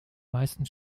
meisten